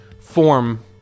form